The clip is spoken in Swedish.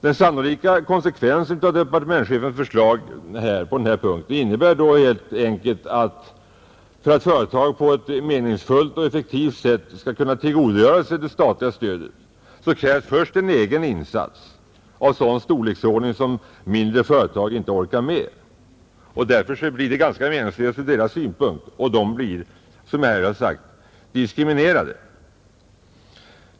Den sannolika konsekvensen av departementschefens förslag på denna punkt är då helt enkelt att för att företag på ett effektivt och meningsfullt sätt skall kunna tillgodogöra sig det statliga stödet krävs först en egen insats av sådan storleksordning som mindre företag inte orkar med. Därför blir det ganska meningslöst ur deras synpunkt, och de blir, som jag här har sagt, diskriminerade.